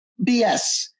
BS